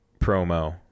promo